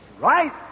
right